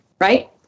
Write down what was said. right